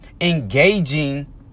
engaging